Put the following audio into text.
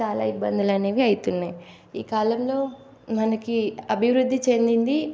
చాలా ఇబ్బందులు అనేవి అవుతున్నాయి ఈ కాలంలో మనకి అభివృద్ధి చెందింది